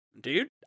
dude